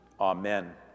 Amen